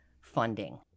funding